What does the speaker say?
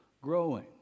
growing